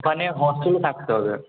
ওখানে হস্টেলে থাকতে হবে